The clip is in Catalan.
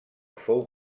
fou